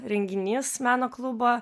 renginys meno klubo